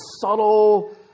subtle